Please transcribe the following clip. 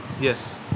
Yes